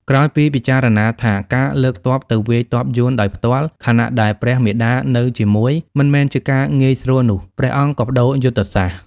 ក្រោយពីពិចារណាថាការលើកទ័ពទៅវាយទ័ពយួនដោយផ្ទាល់ ខណៈដែលព្រះមាតានៅជាមួយ មិនមែនជាការងាយស្រួលនោះ ព្រះអង្គក៏ប្ដូរយុទ្ធសាស្ត្រ។